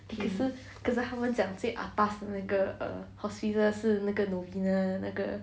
可是可是他们讲最 atas 的那个 hospital 是那个 novena 的那个